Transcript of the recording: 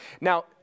Now